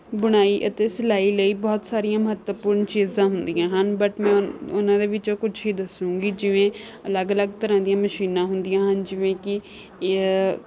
ਬੁਣਾਈ ਅਤੇ ਸਿਲਾਈ ਲਈ ਬਹੁਤ ਸਾਰੀਆਂ ਮਹੱਤਵਪੂਰਨ ਚੀਜ਼ਾਂ ਹੁੰਦੀਆਂ ਹਨ ਬਟ ਮੈਂ ਉਹਨਾਂ ਦੇ ਵਿੱਚੋਂ ਕੁੱਛ ਹੀ ਦੱਸੂੰਗੀ ਜਿਵੇਂ ਅਲੱਗ ਅਲੱਗ ਤਰ੍ਹਾਂ ਦੀਆਂ ਮਸ਼ੀਨਾਂ ਹੁੰਦੀਆਂ ਹਨ ਜਿਵੇਂ ਕਿ